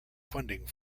funding